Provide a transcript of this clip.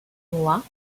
mois